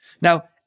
Now